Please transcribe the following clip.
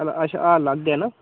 अच्छा हाल अलग्ग ऐ ना